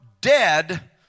dead